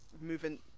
moving